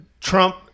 Trump